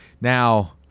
now